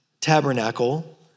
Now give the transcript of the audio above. tabernacle